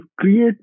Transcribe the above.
create